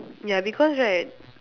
ya because right